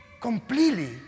completely